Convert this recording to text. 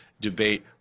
debate